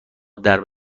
درب